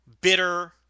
bitter